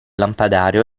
lampadario